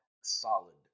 solid